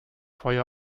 feuer